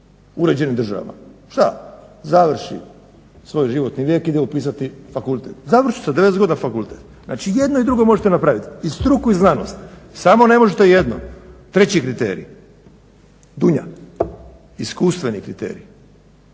uređenim državama. Šta, završi svoj životni vijek ide upisati fakultet. Završi sa 90 godina fakultet. Znači i jedno i drugo možete napraviti i struku i znanost. Samo ne možete jedno. Treći kriterij, Dunja, iskustveni kriterij.